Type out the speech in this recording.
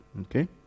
Okay